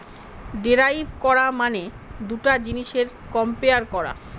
derive করা মানে দুটা জিনিসের কম্পেয়ার করা